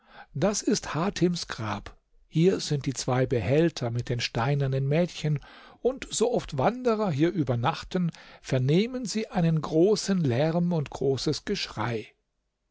das ist hatims grab hier sind die zwei behälter mit den steinernen mädchen und sooft wanderer hier übernachten vernehmen sie einen großen lärm und großes geschrei